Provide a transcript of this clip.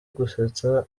gusetsa